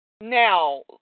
Now